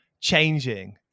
changing